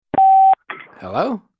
Hello